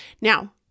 Now